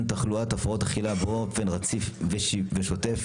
תחלואת הפרעות אכילה באופן רציף ושוטף,